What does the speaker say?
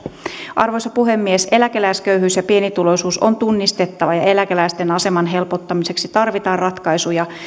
arvoisa puhemies eläkeläisköyhyys ja pienituloisuus on tunnistettava ja eläkeläisten aseman helpottamiseksi tarvitaan ratkaisuja